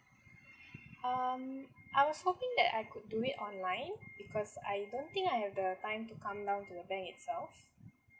um I was hoPINg that I could do it online because I don't think I have the time to come down to the bank itself